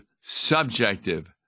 subjective